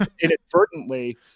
inadvertently